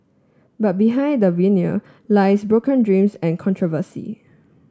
but behind the veneer lies broken dreams and controversy